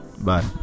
Bye